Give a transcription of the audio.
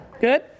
good